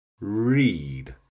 read